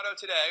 today